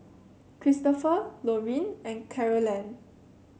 Cristopher Lorean and Carolann